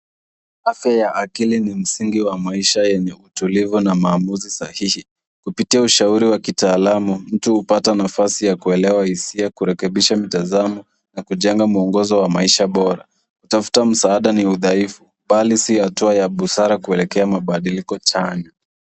Hasa ya akili ni msingi wa maisha yenye utulivu na maamuzi sahihi kupitia ushauri wa kitaalamu mtu hupata nafasi ya kuelewa hisia kurekebisha mtazamo na mwongozo wa maisha bora kutafuta msaada ni udhaifu bali si hatua ya busara kuelekea mabadiliko chanya.